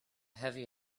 heavy